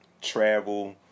travel